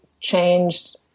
changed